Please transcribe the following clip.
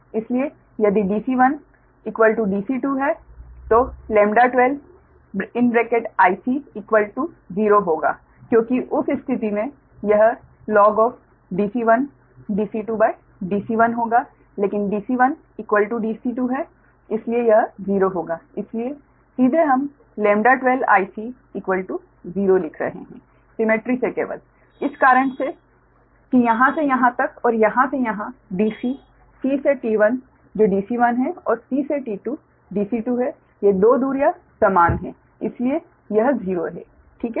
इसलिए यदि Dc1 Dc2 है तो λ12 0 होगा क्योंकि उस स्थिति में यह log Dc1 Dc2 Dc1 होगा लेकिन Dc1 Dc2 है इसलिए यह 0 होगा इसलिए सीधे हम λ12 0 लिख रहे हैं सिमेट्री से केवल इस कारण कि यहाँ से यहाँ तक और यहाँ से यहाँ Dc c से T1 जो Dc1 है और c से T2 Dc2 है ये 2 दूरियाँ समान हैं इसलिए यह 0 है ठीक है